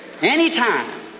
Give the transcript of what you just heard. anytime